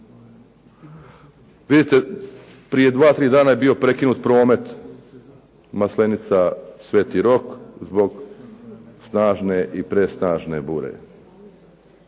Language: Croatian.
Vidite, prije 2, 3 dana je bio prekinut promet Maslenica-Sveti Rok zbog snažne i presnažne bure.